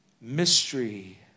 Mystery